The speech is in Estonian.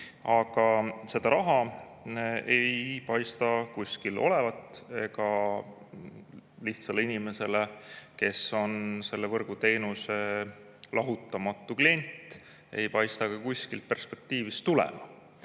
Aga seda raha ei paista kuskil olevat ja lihtsale inimesele, kes on selle võrguteenuse lahutamatu klient, ei paista ka perspektiivis seda